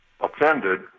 offended